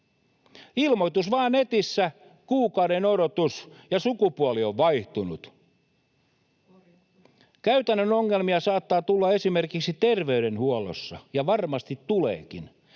Ilmoitus vain netissä, kuukauden odotus, ja sukupuoli on vaihtunut. [Jenni Pitko: Korjattu!] Käytännön ongelmia saattaa tulla esimerkiksi terveydenhuollossa, ja varmasti tuleekin.